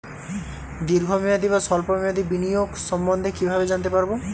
দীর্ঘ মেয়াদি বা স্বল্প মেয়াদি বিনিয়োগ সম্বন্ধে কীভাবে জানতে পারবো?